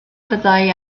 fyddai